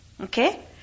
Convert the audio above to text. Okay